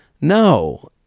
No